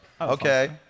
Okay